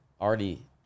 already